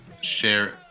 share